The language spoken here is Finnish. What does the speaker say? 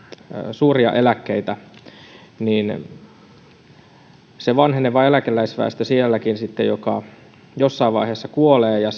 suuria eläkkeitä ja se vanheneva eläkeläisväestö sielläkin sitten jossain vaiheessa kuolee ja